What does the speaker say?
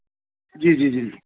جی جی جی